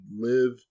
live